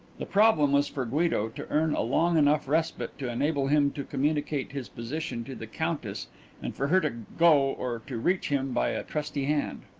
the problem was for guido to earn a long enough respite to enable him to communicate his position to the countess and for her to go or to reach him by a trusty hand.